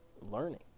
learning